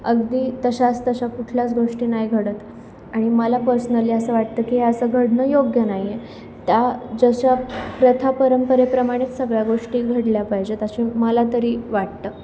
अगदी तशाच तशा कुठल्याच गोष्टी नाही घडत आणि मला पर्सनली असं वाटतं की असं घडणं योग्य नाही आहे त्या जशा प्रथा परंपरेप्रमाणे सगळ्या गोष्टी घडल्या पाहिजे तशी मला तरी वाटतं